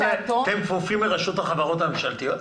אתם כפופים לרשות החברות הממשלתיות?